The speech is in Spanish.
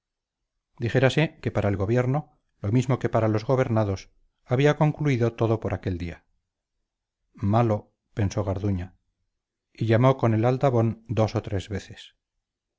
dijérase que para el gobierno lo mismo que para los gobernados había concluido todo por aquel día malo pensó garduña y llamó con el aldabón dos o tres veces